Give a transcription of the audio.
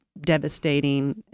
devastating